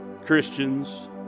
Christians